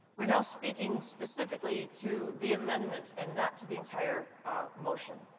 we're now speaking specifically to the amendment and not to the entire motion.